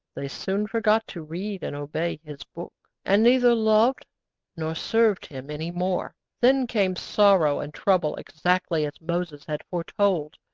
they soon forgot to read and obey his book, and neither loved nor served him any more. then came sorrow and trouble exactly as moses had foretold.